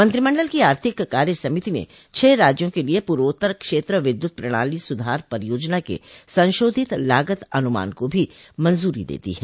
मंत्रिमंडल की आर्थिक कार्य समिति ने छह राज्यों के लिए पूर्वोत्तर क्षेत्र विद्युत प्रणाली सुधार परियोजना के संशोधित लागत अनुमान को भी मंजूरी दे दी है